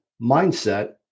mindset